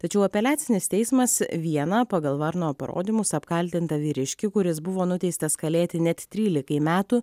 tačiau apeliacinis teismas vieną pagal varno parodymus apkaltintą vyriškį kuris buvo nuteistas kalėti net trylikai metų